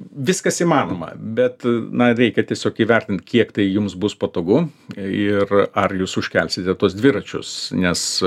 viskas įmanoma bet na reikia tiesiog įvertint kiek tai jums bus patogu ir ar jūs užkelsite tuos dviračius nes